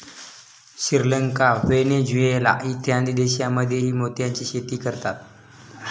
Sri Lanka, Venezuela इत्यादी देशांमध्येही मोत्याची शेती करतात